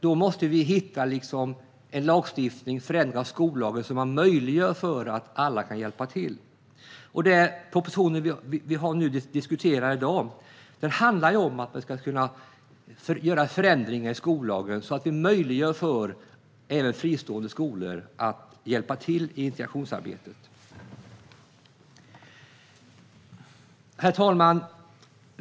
Då måste vi se till att det sker en förändring av skollagen för att möjliggöra för alla att hjälpa till. Den proposition som vi diskuterar i dag handlar om att man ska kunna göra förändringar i skollagen, så att det möjliggörs även för fristående skolor att hjälpa till i integrationsarbetet. Herr talman!